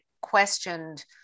questioned